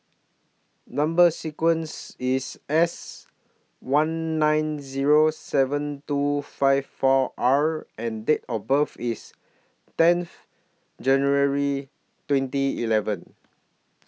Number sequence IS S one nine Zero seven two five four R and Date of birth IS tenth January twenty eleven